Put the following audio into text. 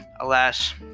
alas